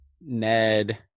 Ned